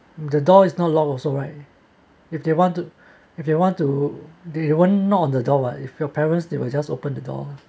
the door is not long also right if they want to if you want to do you want knock the door what if your parents they will just open the door